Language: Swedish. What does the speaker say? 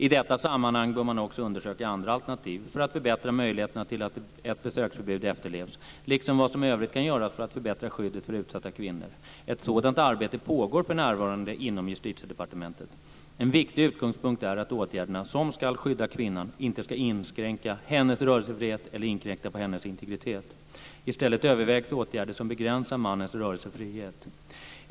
I detta sammanhang bör man också undersöka andra alternativ för att förbättra möjligheterna till att ett besöksförbud efterlevs, liksom vad som i övrigt kan göras för att förbättra skyddet för utsatta kvinnor. Ett sådant arbete pågår för närvarande inom Justitiedepartementet. En viktig utgångspunkt är att åtgärderna som ska skydda kvinnan inte ska inskränka hennes rörelsefrihet eller inkräkta på hennes integritet. I stället övervägs åtgärder som begränsar mannens rörelsefrihet.